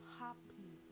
happy